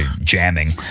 jamming